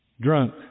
drunk